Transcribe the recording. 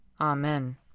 Amen